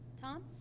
Tom